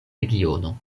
regiono